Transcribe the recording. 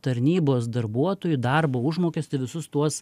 tarnybos darbuotojų darbo užmokestį visus tuos